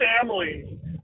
family